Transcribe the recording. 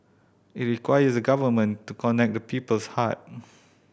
it requires the Government to connect to people's heart